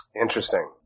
Interesting